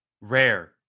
Rare